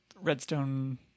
redstone